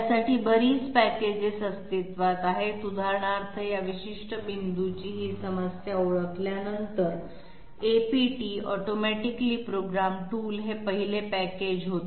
यासाठी बरीच पॅकेजेस अस्तित्वात आहेत उदाहरणार्थ या विशिष्ट पॉईंटची ही समस्या ओळखल्यानंतर APTऑटोमॅटिकली प्रोग्राम टूल हे पहिले पॅकेज होते